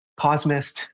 cosmist